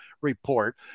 report